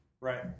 right